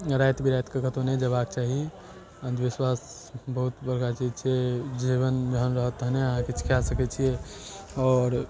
राति बिरातिके कतौ नहि जेबाक चाही अन्धविश्वास बहुत बड़का चीज छै जीवन जहन रहत तहने अहाँ किछु कए सकै छियै आओर